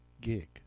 gig